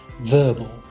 verbal